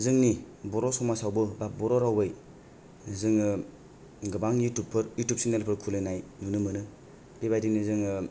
जोंनि बर' समाजावबो बा बर' रावै जोङो गोबां इउथुब चेनेल फोर खुलिनाय नुनो मोनो बेबादिनो जोङो